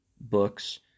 books